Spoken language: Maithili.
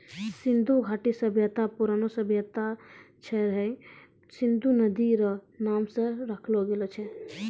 सिन्धु घाटी सभ्यता परौनो सभ्यता छै हय सिन्धु नदी रो नाम से राखलो गेलो छै